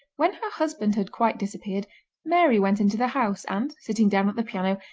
when her husband had quite disappeared mary went into the house, and, sitting down at the piano,